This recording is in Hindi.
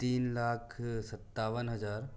तीन लाख सत्तावन हज़ार